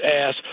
ass